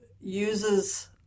uses